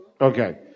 Okay